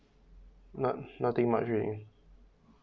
not~ nothing much already